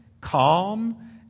calm